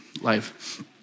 life